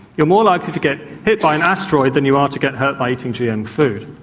you are more likely to get hit by an asteroid than you are to get hurt by eating gm food.